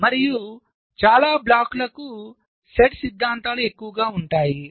మరియు చాలా బ్లాక్ లకు సెట్ సిద్ధాంతాలు ఎక్కువగా ఉంటాయి